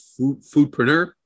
Foodpreneur